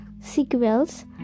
sequels